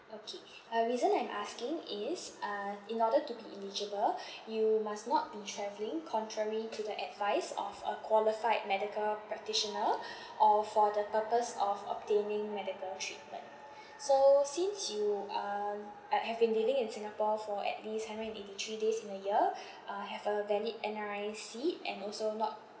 okay uh reason I'm asking is uh in order to be eligible you must not be travelling contrary to the advice of a qualified medical practitioner or for the purpose of obtaining medical treatment so since you are uh have been living in singapore for at least hundred and eighty three days in a year uh have a valid N_R_I_C and also not